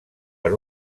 per